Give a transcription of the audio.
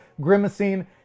grimacing